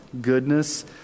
goodness